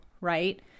right